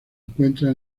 encuentra